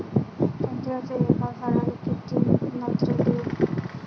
संत्र्याच्या एका झाडाले किती नत्र देऊ?